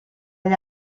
gli